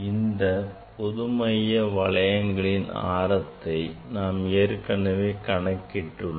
இந்த பொதுமைய வளையங்களின் ஆரத்தை நாம் ஏற்கனவே கணக்கிட்டு உள்ளோம்